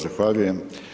Zahvaljujem.